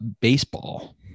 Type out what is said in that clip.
baseball